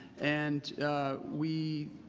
and we